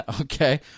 Okay